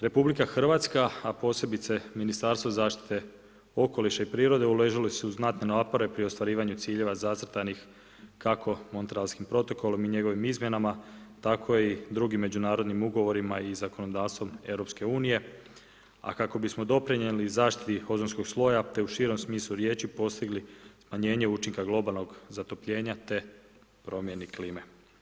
Republika Hrvatska, a posebice Ministarstvo zaštite okoliša i prirode uložili su znatne napore pri ostvarivanju ciljeva zacrtanih kako Montrealskim protokolom i njegovim izmjenama tako i drugim međunarodnim ugovorima i zakonodavstvom Europske unije, a kako bi smo doprinijeli zaštiti ozonskog sloja te u širem smislu riječi postigli smanjenje učinka globalnog zatopljenja te promjeni klime.